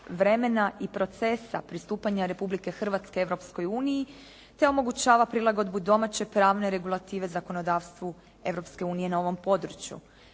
vremena i procesa pristupanja Republike Hrvatske Europskoj uniji te omogućava prilagodbu domaće pravne regulative zakonodavstvu Europske unije na ovom području.